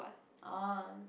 oh